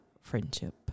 friendship